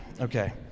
Okay